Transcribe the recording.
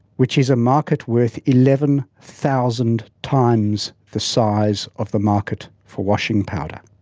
which is a market worth eleven thousand times the size of the market for washing powder,